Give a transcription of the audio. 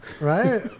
Right